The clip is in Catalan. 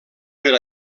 per